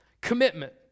Commitment